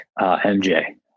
mj